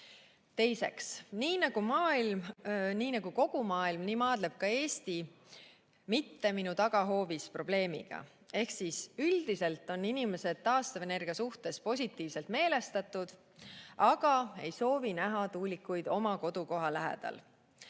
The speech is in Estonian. nõusolek. Teiseks, nii nagu kogu maailm maadleb ka Eesti mitte‑minu‑tagahoovis‑probleemiga. Ehk üldiselt on inimesed taastuvenergia suhtes positiivselt meelestatud, aga nad ei soovi näha tuulikuid oma kodukoha lähedal.